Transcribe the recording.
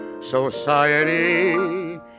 society